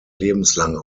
lebenslang